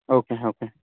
okay okay